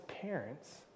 parents